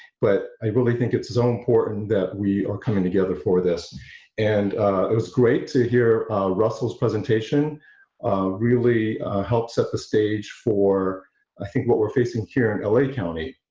but i really think it's so important that we are coming together for this and it was great to hear russell's presentation really helps set the stage for i think what we're facing here in la county.